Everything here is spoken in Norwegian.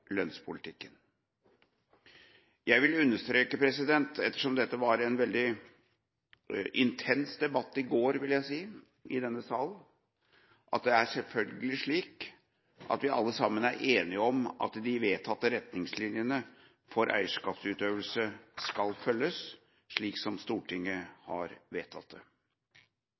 lønnspolitikken. Jeg vil, ettersom det var en veldig intens debatt i går, vil jeg si, i denne salen, understreke at det selvfølgelig er slik at vi alle sammen er enige om at de vedtatte retningslinjene for eierskapsutøvelse skal følges, slik som Stortinget har vedtatt. Så til det